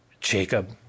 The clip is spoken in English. Jacob